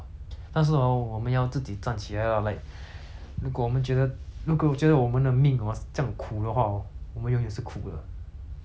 如果我们觉得如果觉得我们的命 hor 这样苦的话 hor 我们永远是苦的所以我们要 like 找一些东西